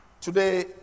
today